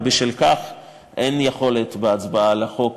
ובשל כך אין יכולת בהצבעה על החוק,